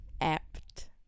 apt